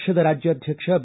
ಪಕ್ಷದ ರಾಜ್ಯಾಧ್ವಕ್ಷ ಬಿ